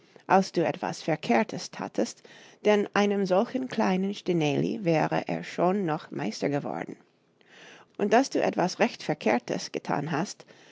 als du etwas verkehrtes tatest denn einem solchen kleinen stineli wäre er schon noch meister geworden und daß du etwas recht verkehrtes getan hast